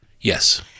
Yes